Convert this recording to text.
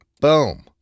Boom